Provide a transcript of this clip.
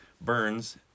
Burns